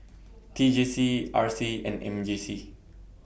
T J C R C and M J C